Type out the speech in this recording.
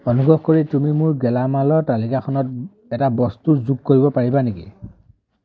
অনুগ্ৰহ কৰি তুমি মোৰ গেলামালৰ তালিকাখনত এটা বস্তু যোগ কৰিব পাৰিবা নেকি